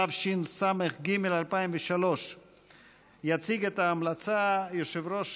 התשס"ג 2003. יציג את ההמלצה יושב-ראש